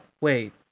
wait